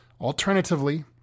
Alternatively